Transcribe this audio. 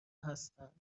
هستند